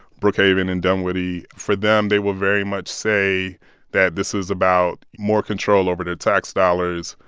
brookhaven and dunwoody. for them, they would very much say that this is about more control over their tax dollars,